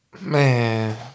Man